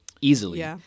easily